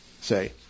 say